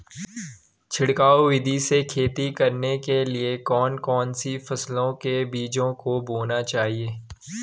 छिड़काव विधि से खेती करने के लिए कौन कौन सी फसलों के बीजों को बोना चाहिए?